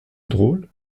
drôle